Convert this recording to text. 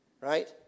right